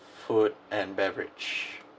food and beverage